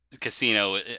Casino